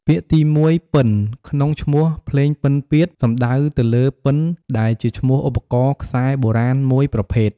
ពាក្យទីមួយ "ពិណ" ក្នុងឈ្មោះ "ភ្លេងពិណពាទ្យ" សំដៅទៅលើពិណ ដែលជាឈ្មោះឧបករណ៍ខ្សែបុរាណមួយប្រភេទ។